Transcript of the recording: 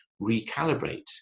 recalibrate